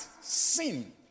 sin